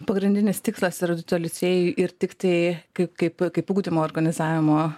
pagrindinis tikslas erudito licėjui ir tiktai kaip kaip kaip ugdymo organizavimo